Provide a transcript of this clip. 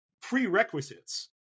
prerequisites